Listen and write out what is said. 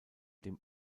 dem